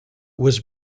was